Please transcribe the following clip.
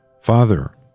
Father